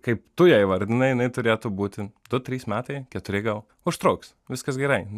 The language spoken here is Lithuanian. kaip tu ją įvardinai jinai turėtų būti du trys metai keturi gal užtruks viskas gerai